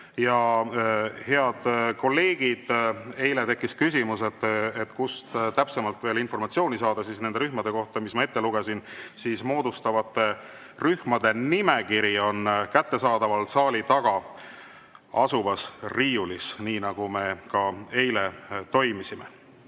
Ja, head kolleegid, eile tekkis küsimus, kust täpsemalt veel informatsiooni saada nende rühmade kohta, mis ma ette lugesin, siis moodustatavate rühmade nimekiri on kättesaadaval saali taga asuvas riiulis, nii nagu me ka eile toimisime.